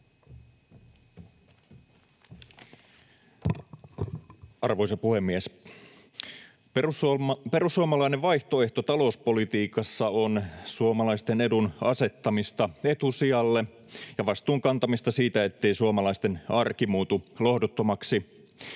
Arvoisa puhemies! Perussuomalainen vaihtoehto talouspolitiikassa on suomalaisten edun asettamista etusijalle ja vastuun kantamista siitä, ettei suomalaisten arki muutu lohduttomaksi.